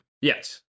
Yes